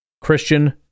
Christian